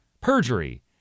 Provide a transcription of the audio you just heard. Perjury